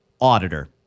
auditor